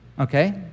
Okay